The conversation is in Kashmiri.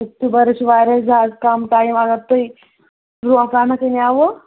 اکتوبر چُھ واریاہ زیادٕ کم ٹایم اگر تُہۍ برونٹھ پہمتھ اَنے وٕ